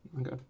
Okay